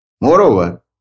Moreover